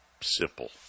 Simple